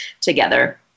together